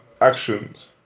actions